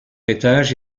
étage